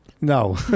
No